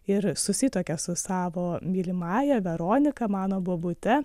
ir susituokė su savo mylimąja veronika mano bobute